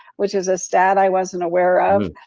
which is a stat i wasn't aware of.